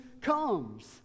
comes